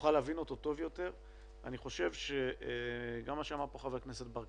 נוכל להבין אותו טוב יותר אני חושב שגם מה שאמר פה ח"כ ברקת,